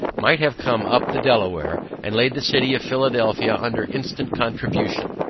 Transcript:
might have come up the delaware, and laid the city of philadelphia under instant contribution,